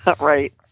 Right